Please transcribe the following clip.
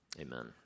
amen